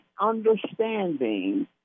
understanding